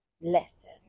lesson